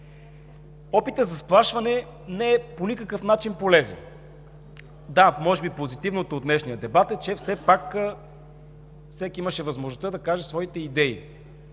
Опитът за сплашване по никакъв начин не е полезен. Да, може би позитивното от днешния дебат е, че всеки имаше възможността да каже своите идеи.